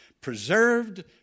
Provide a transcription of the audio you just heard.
preserved